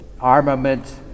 armament